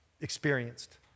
experienced